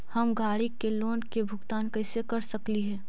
हम गाड़ी के लोन के भुगतान कैसे कर सकली हे?